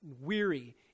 weary